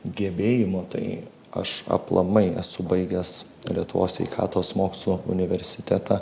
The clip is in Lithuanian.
gebėjimų tai aš aplamai esu baigęs lietuvos sveikatos mokslų universitetą